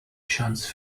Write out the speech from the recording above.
chance